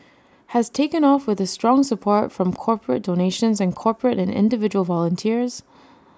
has taken off with the strong support from corporate donations and corporate and individual volunteers